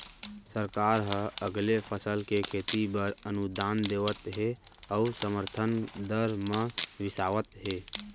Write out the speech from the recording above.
सरकार ह अलगे फसल के खेती बर अनुदान देवत हे अउ समरथन दर म बिसावत हे